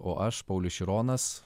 o aš paulius šironas